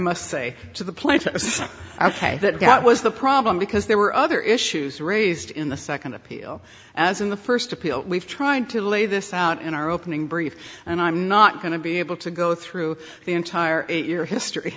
must say to the plant ok that out was the problem because there were other issues raised in the second appeal as in the first appeal we've tried to lay this out in our opening brief and i'm not going to be able to go through the entire eight year history